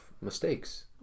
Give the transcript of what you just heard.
mistakes